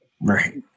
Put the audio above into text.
Right